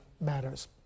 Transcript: matters